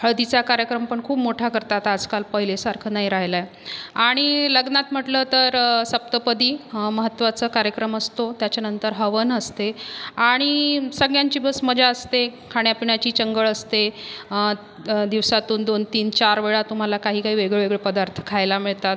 हळदीचा कार्यक्रम पण खूप मोठा करतात आजकाल पहिल्यासारखं नाही राहिला आहे आणि लग्नात म्हटलं तर सप्तपदी हा महत्त्वाचा कार्यक्रम असतो त्याच्यानंतर हवन असते आणि सगळ्यांची बस्स मजा असते खाण्यापिण्याची चंगळ असते दिवसातून दोन तीन चारवेळा तुम्हाला काही काही वेगळेवेगळे पदार्थ खायला मिळतात